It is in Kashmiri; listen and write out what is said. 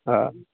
آ